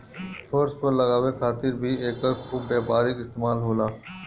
फर्श पर लगावे खातिर भी एकर खूब व्यापारिक इस्तेमाल होला